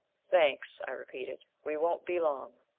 thanks, i repeated. we won't be long.